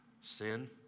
Sin